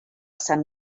sant